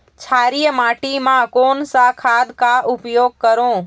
क्षारीय माटी मा कोन सा खाद का उपयोग करों?